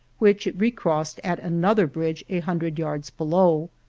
which it re crossed at another bridge a hundred yards below.